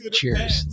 Cheers